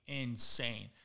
insane